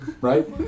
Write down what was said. Right